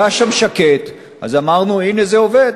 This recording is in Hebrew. כשהיה שם שקט אמרנו: הנה, זה עובד.